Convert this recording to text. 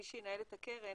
מי שינהל את הקרן,